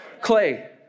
clay